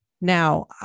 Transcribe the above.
Now